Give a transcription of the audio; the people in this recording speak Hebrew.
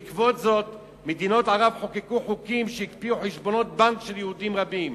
בעקבות זה מדינות ערב חוקקו חוקים שהקפיאו חשבונות בנק של יהודים רבים.